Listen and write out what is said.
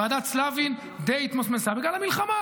ועדת סלבין די התמסמסה בגלל המלחמה,